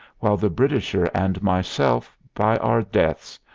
while the britisher and myself, by our deaths,